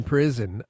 Prison